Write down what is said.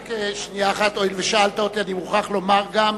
רק רגע אחד, הואיל ושאלת אותי אני מוכרח לומר גם,